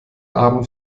abend